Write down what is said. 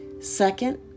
Second